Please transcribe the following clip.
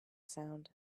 sound